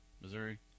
Missouri